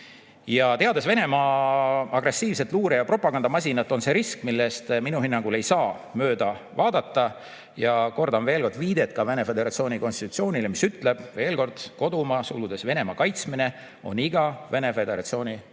Teades Venemaa agressiivset luure- ja propagandamasinat, on see risk, millest minu hinnangul ei saa mööda vaadata. Kordan veel ka viidet Vene föderatsiooni konstitutsioonile, mis ütleb, et kodumaa (Venemaa) kaitsmine on iga Vene föderatsiooni kodaniku